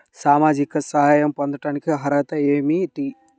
సామాజిక సహాయం పొందటానికి అర్హత ఏమిటి?